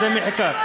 איזה מחיקה?